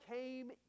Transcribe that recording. came